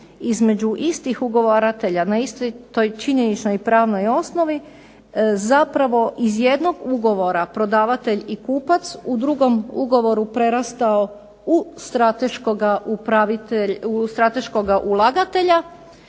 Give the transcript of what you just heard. između istih ugovaratelja na istoj toj činjeničnoj i pravnoj osnovi zapravo iz jednog ugovora prodavatelj i kupac, u drugom ugovoru prerastao u strateškoga ulagatelja,